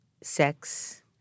sex